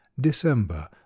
December